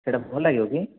ସେଇଟା ଭଲ ଲାଗିବ କି